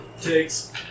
takes